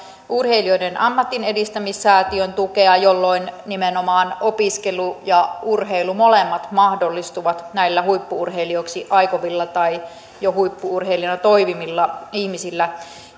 urheilijoiden ammatinedistämissäätiön tukea jolloin nimenomaan opiskelu ja urheilu molemmat mahdollistuvat näillä huippu urheilijoiksi aikovilla tai jo huippu urheilijoina toimivilla ihmisillä